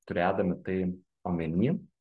turėdami tai omeny